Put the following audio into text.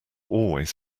always